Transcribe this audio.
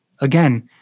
again